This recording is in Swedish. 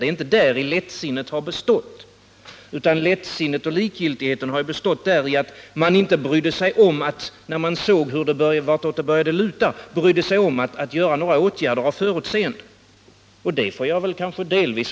Det är inte däri lättsinnet har bestått, utan lättsinnet och likgiltigheten har ju bestått i att man, när man såg vartåt det började luta, inte brydde sig om att vidta några förutseende åtgärder.